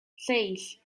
seis